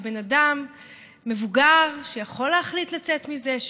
של בן אדם מבוגר שיכול להחליט לצאת מזה,